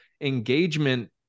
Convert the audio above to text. engagement